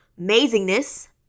amazingness